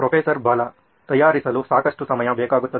professor Bala ತಯಾರಿಸಲು ಸಾಕಷ್ಟು ಸಮಯಬೇಕಾಗುತ್ತದೆ